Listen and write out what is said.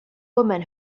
woman